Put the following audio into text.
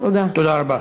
תודה.